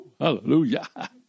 hallelujah